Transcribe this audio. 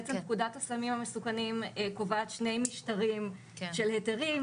בעצם פקודת הסמים המסוכנים קובעת שני משטרים של היתרים,